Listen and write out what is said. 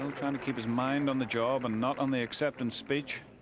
um trying to keep his mind on the job and not on the acceptance speech.